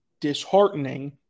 disheartening